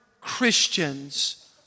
Christians